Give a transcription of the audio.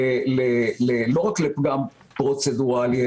לא רק לפגם פרוצדוראלי,